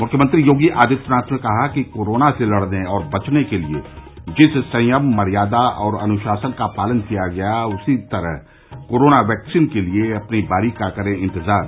मुख्यमंत्री योगी आदित्यनाथ ने कहा कि कोरोना से लड़ने और बचने के लिए जिस संयम मर्यादा और अनुशासन का पालन किया गया उसी तरह कोरोना वैक्सीन के लिए अपनी बारी का करें इंतजार